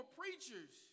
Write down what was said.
preachers